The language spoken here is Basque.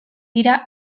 dira